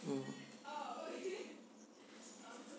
mm